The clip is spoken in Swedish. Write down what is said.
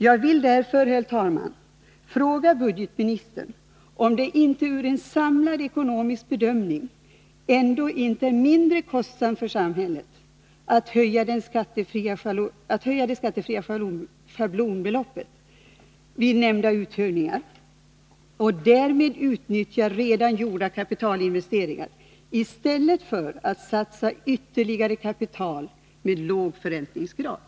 Jag vill därför, herr talman, fråga budgetministern om det med utgångspunkt i en samlad ekonomisk bedömning ändå inte är mindre kostsamt för samhället att höja det skattefria schablonbeloppet vid nämnda uthyrningar och därmed utnyttja redan gjorda kapitalinvesteringar, i stället för att satsa ytterligare kapital med låg förräntningsgrad.